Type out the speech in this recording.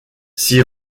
s’y